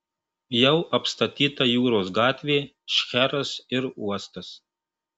jau apstatyta jūros gatvė šcheras ir uostas